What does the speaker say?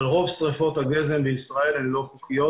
אבל רוב שריפות הגזם בישראל הן לא חוקיות,